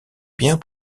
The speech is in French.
bien